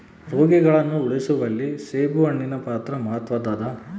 ರೋಗಿಗಳನ್ನು ಉಳಿಸುವಲ್ಲಿ ಸೇಬುಹಣ್ಣಿನ ಪಾತ್ರ ಮಾತ್ವದ್ದಾದ